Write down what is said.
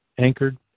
anchored